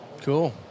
Cool